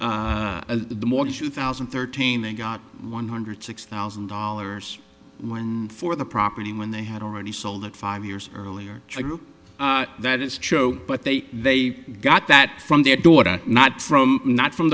two thousand and thirteen they got one hundred six thousand dollars for the property when they had already sold it five years earlier that is true but they they got that from their daughter not from not from